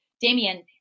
Damien